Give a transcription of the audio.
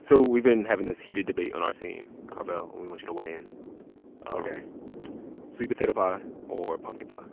so we've been having this heated debate on our team, carvell, and we want you to weigh in ok sweet potato pie or pumpkin pie?